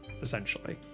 essentially